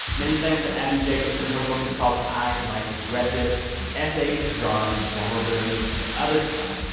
many thanks to abbi jacobson. her book is called i might regret this essays, drawings, vulnerabilities and other stuff.